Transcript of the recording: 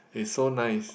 is so nice